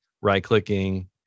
right-clicking